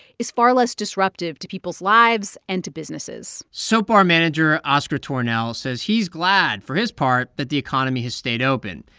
is far less disruptive to people's lives and to businesses soap bar manager oscar tornell says he's glad, for his part, that the economy has stayed open.